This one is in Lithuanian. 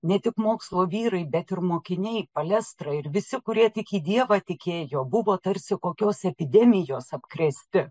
ne tik mokslo vyrai bet ir mokiniai palestra ir visi kurie tiki dievą tikė jo buvo tarsi kokios epidemijos apkrėsti